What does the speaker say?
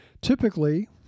Typically